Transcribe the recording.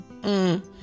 -hmm